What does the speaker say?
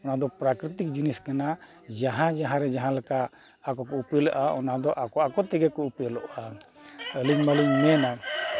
ᱚᱱᱟᱫᱚ ᱯᱨᱟᱠᱨᱤᱛᱤᱠ ᱡᱤᱱᱤᱥ ᱠᱟᱱᱟ ᱡᱟᱦᱟᱸᱭ ᱡᱟᱦᱟᱸᱨᱮ ᱡᱟᱦᱟᱸ ᱞᱮᱠᱟ ᱟᱠᱚ ᱠᱚ ᱩᱯᱮᱞᱚᱜᱼᱟ ᱚᱱᱟᱫᱚ ᱟᱠᱚ ᱟᱠᱚ ᱛᱮᱜᱮ ᱠᱚ ᱩᱯᱮᱞᱚᱜᱼᱟ ᱟᱹᱞᱤᱧ ᱢᱟᱹᱞᱤᱧ ᱢᱮᱱᱟ